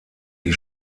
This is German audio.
die